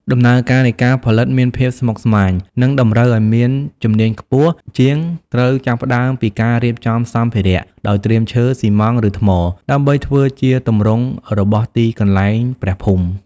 ដំណើរការនៃការផលិតមានភាពស្មុគស្មាញ និងតម្រូវឲ្យមានជំនាញខ្ពស់ ជាងត្រូវចាប់ផ្ដើមពីការរៀបចំសម្ភារៈ ដោយត្រៀមឈើ ស៊ីម៉ងត៍ ឬថ្ម ដើម្បីធ្វើជាទម្រង់របស់ទីកន្លែងព្រះភូមិ។